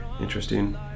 interesting